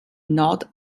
knot